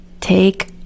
take